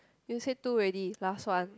you say two already last one